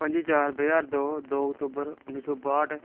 पं'जी चार दो ज्हार दो दो अक्तूबर उन्नी सौ बाह्ट